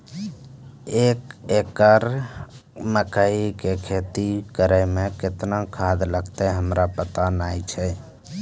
एक एकरऽ मकई के खेती करै मे केतना खाद लागतै हमरा पता नैय छै?